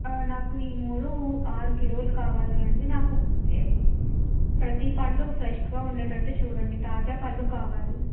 నాకు ఈ మూడు ఆరు కిలోలు కావాలి అండి నాకు ఏం ప్రతీ పండు ఫ్రెష్గా ఉండేటట్టు చూడండి తాజా పళ్ళు కావాలి